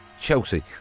Chelsea